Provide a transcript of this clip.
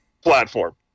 platform